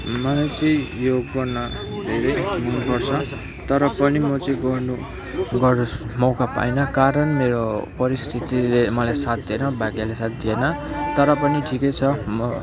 मलाई चाहिँ यो गर्न धेरै मन पर्छ तर पनि म चाहिँ गर्नु गर्न मौका पाइनँ कारण मेरो परिस्थितिले मलाई साथ दिएन भाग्यले साथ दिएन तर पनि ठिकै छ म